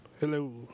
Hello